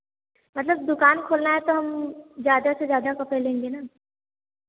मतलब दुकान खोलना है तो हम ज़्यादा से ज़्यादा कपड़े लेंगे ना